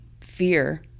fear